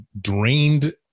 drained